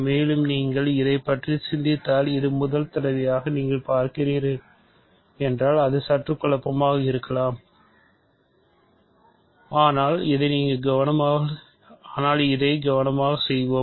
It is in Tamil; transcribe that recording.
மேலும் நீங்கள் இதைப் பற்றி சிந்தித்தால் இது முதல் தடவையாக நீங்கள் பார்க்கிறீர்கள் என்றால் அது சற்று குழப்பமாக இருக்கலாம் ஆனால் இதை கவனமாக செய்வோம்